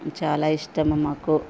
చాలా ఇష్టము మాకు